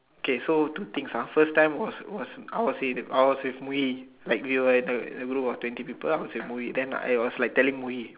K so two things ah first time was was I was in I was with Moo-Yee like we were at the in a group of twenty people I was with Moo-Yee then I was telling Moo-Yee